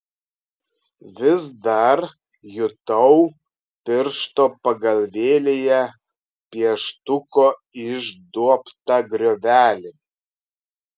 vis dar jutau piršto pagalvėlėje pieštuko išduobtą griovelį